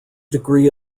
degree